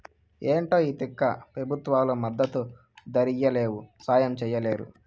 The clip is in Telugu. ఏంటో ఈ తిక్క పెబుత్వాలు మద్దతు ధరియ్యలేవు, సాయం చెయ్యలేరు